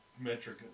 metric